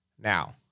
Now